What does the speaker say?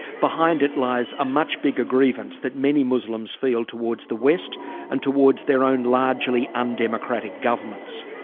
behind it lies a much bigger grievance that many muslims feel towards the west and towards their own largely undemocratic governments.